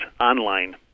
online